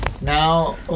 now